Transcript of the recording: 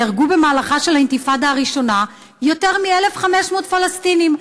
נהרגו במהלכה של האינתיפאדה הראשונה יותר מ-1,500 פלסטינים.